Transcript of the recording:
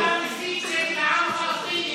כמו שירין אבו עאקלה,